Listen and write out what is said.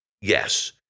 Yes